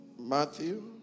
Matthew